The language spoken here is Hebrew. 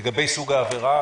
לגבי סוג העבירה,